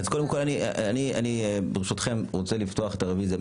אני ברשותכם רוצה לפתוח את הרוויזיה.